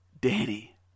Danny